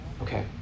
Okay